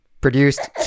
produced